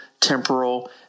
temporal